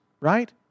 right